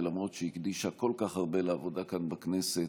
ולמרות שהיא הקדישה כל כך הרבה לעבודה כאן בכנסת,